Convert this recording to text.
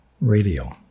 radio